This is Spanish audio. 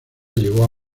llegó